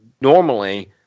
normally